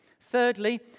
Thirdly